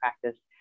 practice